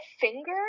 finger